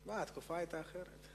התקופה היתה אחרת.